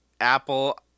Apple